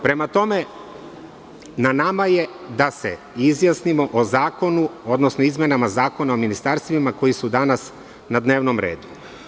Prema tome, na nama je da se izjasnimo o zakonu, odnosno izmenama Zakona o ministarstvima koji su danas na dnevnom redu.